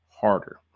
harder